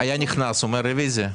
היה נכנס ואומר רוויזיה.